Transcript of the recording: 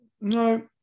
no